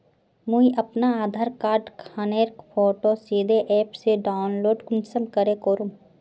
मुई अपना आधार कार्ड खानेर फोटो सीधे ऐप से डाउनलोड कुंसम करे करूम?